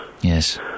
Yes